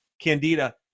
candida